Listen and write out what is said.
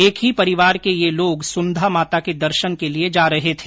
एक ही परिवार के ये लोग सुंधा माता के दर्शन के लिए जा रहे थे